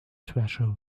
treasure